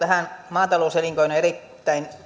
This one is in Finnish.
maatalouselinkeinon erittäin